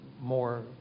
more